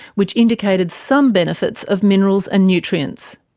which indicated some benefits of minerals and nutrients.